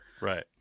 Right